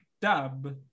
dub